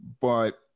But-